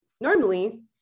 Normally